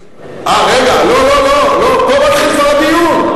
אה, רגע, לא לא לא, פה מתחיל כבר הדיון.